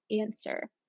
answer